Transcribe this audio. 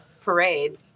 parade